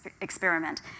experiment